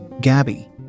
Gabby